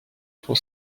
for